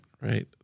right